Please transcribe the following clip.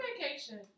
vacation